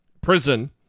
prison